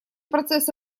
процесс